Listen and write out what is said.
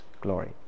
glory